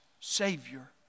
Savior